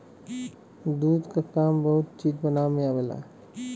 दूध क काम बहुत चीज बनावे में आवेला